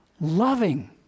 Loving